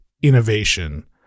innovation